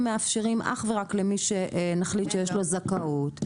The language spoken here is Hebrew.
מאפשרים אך ורק למי שנחליט שיש לו זכאות.